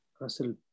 Russell